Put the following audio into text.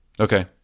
Okay